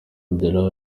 abdallah